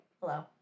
hello